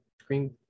screen